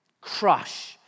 crush